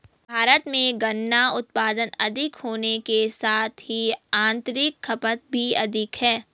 भारत में गन्ना उत्पादन अधिक होने के साथ ही आतंरिक खपत भी अधिक है